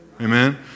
Amen